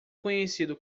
conhecido